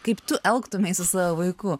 kaip tu elgtumeis su savo vaiku